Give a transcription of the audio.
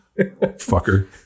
fucker